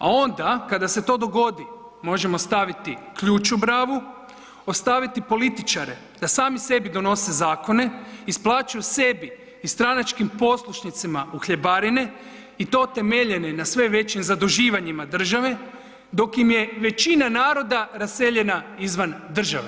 A onda kada se to dogodi, možemo staviti ključ u bravu, ostaviti političare da sami sebi donose zakone, isplaćuju sebi i stranačkim poslušnicima uhljebarene i to temeljene na sve većim zaduživanjima države, dok im je većina naroda raseljena izvan države.